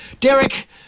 Derek